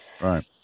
Right